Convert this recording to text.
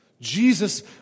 Jesus